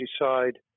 decide